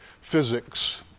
physics